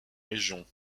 régions